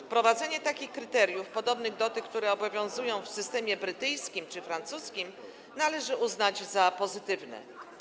Wprowadzenie takich kryteriów - podobnych do tych, które obowiązują w systemie brytyjskim czy francuskim - należy uznać za pozytywne.